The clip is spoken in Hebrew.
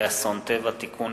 (תיקון,